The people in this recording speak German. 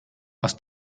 aus